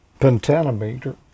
Pentanometer